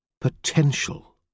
potential